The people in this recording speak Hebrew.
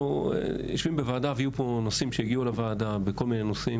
הגיעו לוועדה ויהיו פה כל מיני נושאים,